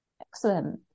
Excellent